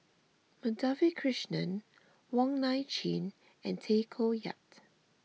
Madhavi Krishnan Wong Nai Chin and Tay Koh Yat